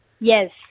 Yes